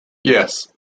yes